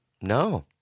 No